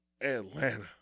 Atlanta